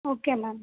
okay ma'am